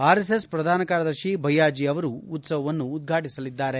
RSS ಪ್ರಧಾನ ಕಾರ್ಯದರ್ಶಿ ಭಯ್ಡಾಜೀ ಅವರು ಉತ್ಸವವನ್ನು ಉದ್ವಾಟಿಸಲಿದ್ದಾರೆ